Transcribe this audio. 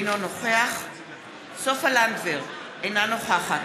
אינו נוכח סופה לנדבר, אינה נוכחת